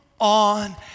on